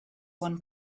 one